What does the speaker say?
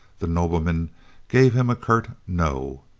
the nobleman gave him a curt no.